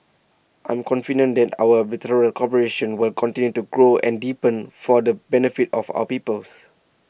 I'm confident that our bilateral cooperation will continue to grow and deepen for the benefit of our peoples